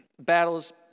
battles